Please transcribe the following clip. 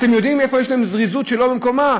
אתם יודעים איפה יש להם זריזות שלא במקומה?